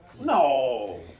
No